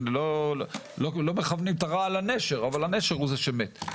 לא מכוונים את הרעל לנשר, אבל הנשר הוא זה שמת.